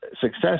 success